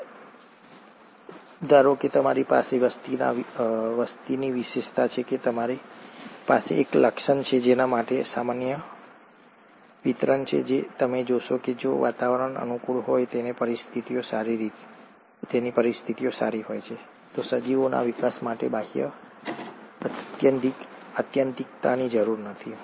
તેથી ધારો કે તમારી પાસે વસ્તીની વિશેષતા છે તમારી પાસે એક લક્ષણ છે જેના માટે સામાન્ય વિતરણ છે અને તમે જોશો કે જો વાતાવરણ અનુકૂળ હોય અને પરિસ્થિતિઓ સારી હોય તો સજીવોના વિકાસ માટે બાહ્ય આત્યંતિકતાની જરૂર નથી